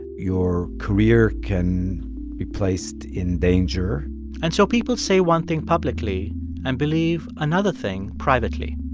your career can be placed in danger and so people say one thing publicly and believe another thing privately.